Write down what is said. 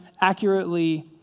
accurately